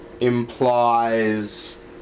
implies